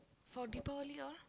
for Deepavali all